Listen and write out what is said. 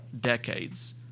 decades